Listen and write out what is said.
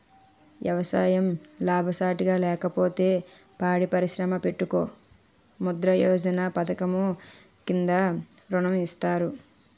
ఎవసాయం లాభసాటిగా లేకపోతే పాడి పరిశ్రమ పెట్టుకో ముద్రా యోజన పధకము కింద ఋణం ఇత్తారు